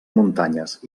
muntanyes